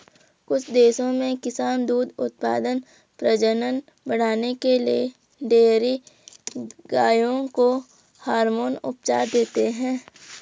कुछ देशों में किसान दूध उत्पादन, प्रजनन बढ़ाने के लिए डेयरी गायों को हार्मोन उपचार देते हैं